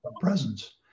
presence